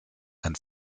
ein